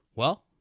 well.